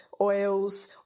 oils